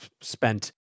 spent